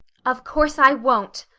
of course i won't,